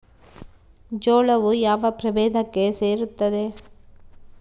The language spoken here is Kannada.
ಜೋಳವು ಯಾವ ಪ್ರಭೇದಕ್ಕೆ ಸೇರುತ್ತದೆ?